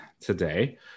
today